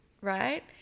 right